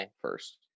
first